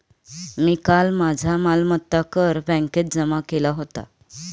मी काल माझा मालमत्ता कर बँकेत जमा केला होता